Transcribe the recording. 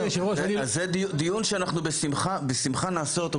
זה דיון שאנחנו בשמחה נעשה אותו,